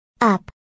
Up